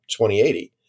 2080